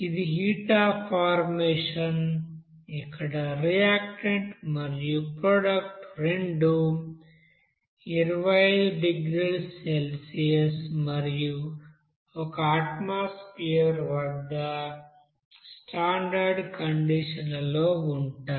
ఇది heat of formation ఇక్కడ reactant మరియు ప్రోడక్ట్ రెండూ 25 డిగ్రీల సెల్సియస్ మరియు 1 అట్మాస్ఫెర్ వద్ద స్టాండర్డ్ కండీషన్స్ లలో ఉంటాయి